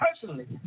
personally